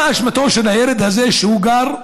מה אשמתו של הילד הזה שהוא גר,